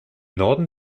norden